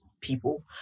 people